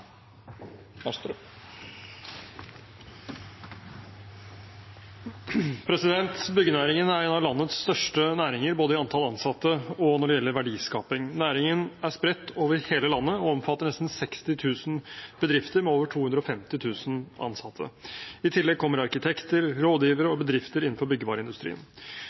en av landets største næringer både i antall ansatte og når det gjelder verdiskaping. Næringen er spredt over hele landet og omfatter nesten 60 000 bedrifter med over 250 000 ansatte. I tillegg kommer arkitekter, rådgivere og bedrifter innenfor byggevareindustrien.